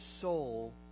soul